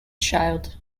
child